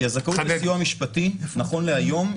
כי הזכאות לסיוע משפטי נכון להיום,